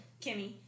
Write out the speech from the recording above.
Kimmy